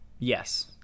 Yes